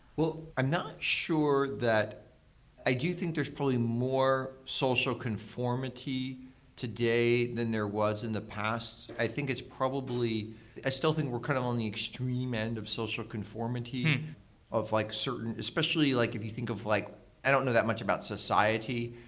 i'm not sure that i do think there's probably more social conformity today than there was in the past. i think it's probably i still think we're kind of on the extreme end of social conformity of like certain especially like if you think of like i don't know that much about society.